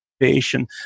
innovation